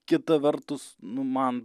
kita vertus nu man